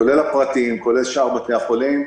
כולל הפרטיים, כולל שאר בתי החולים,